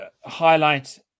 highlight